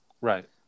Right